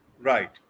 Right